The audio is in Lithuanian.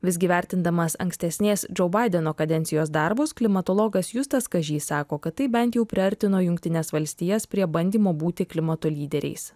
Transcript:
visgi vertindamas ankstesnės džo baideno kadencijos darbus klimatologas justas kažys sako kad tai bent jau priartino jungtines valstijas prie bandymo būti klimato lyderiais